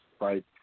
right